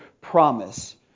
promise